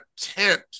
tent